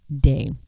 Day